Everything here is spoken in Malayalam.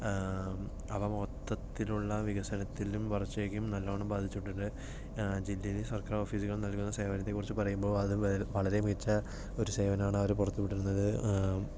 അപ്പം മൊത്തത്തിലുള്ള വികസനത്തിലും വളർച്ചയ്ക്കും നല്ലോണം ബാധിച്ചിട്ടുണ്ട് ജില്ലയിൽ സർക്കാർ ഓഫീസുകൾ നൽകുന്ന സേവനത്തെക്കുറിച്ച് പറയുമ്പോൾ അത് വളരെ മികച്ച ഒരു സേവനം ആണ് അവർ പുറത്തുവിടുന്നത്